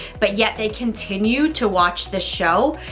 but yet they continue to watch the show,